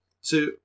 So-